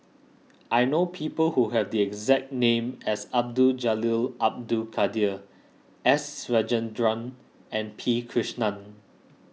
I know people who have the exact name as Abdul Jalil Abdul Kadir S Rajendran and P Krishnan